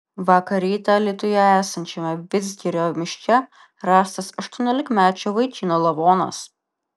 vakar rytą alytuje esančiame vidzgirio miške rastas aštuoniolikmečio vaikino lavonas